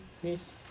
please